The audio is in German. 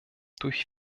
durch